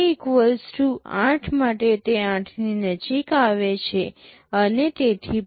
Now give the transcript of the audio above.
k 8 માટે તે 8 ની નજીક આવે છે અને તેથી પર